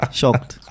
shocked